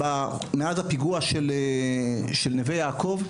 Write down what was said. מאז הפיגוע שהיה בנווה יעקוב,